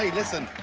listen,